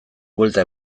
buelta